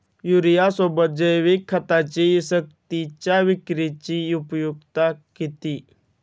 युरियासोबत जैविक खतांची सक्तीच्या विक्रीची उपयुक्तता किती?